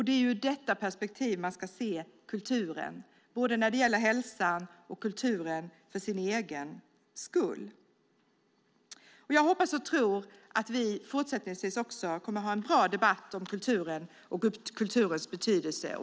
Det är ur detta perspektiv man ska se kulturen, både när det gäller hälsan och kulturen för dess egen skull. Jag hoppas och tror att vi också fortsättningsvis kommer att ha en bra debatt om kulturen och dess betydelse.